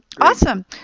Awesome